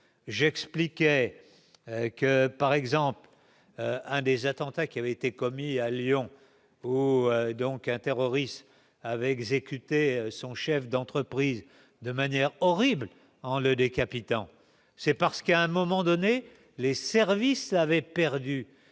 j'expliquais que, par exemple, l'un des attentats qui avaient été commis à Lyon vous donc un terroriste avait exécuté son chef d'entreprise de manière horrible en le décapitant c'est parce qu'à un moment donné, les services avaient perdu